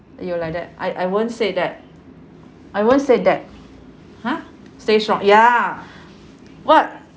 !aiyo! like that I I won't say that I won't say that !huh! stay strong ya what